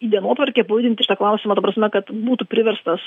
į dienotvarkę pajudinti šitą klausimą ta prasme kad būtų priverstas